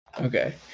Okay